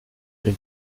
une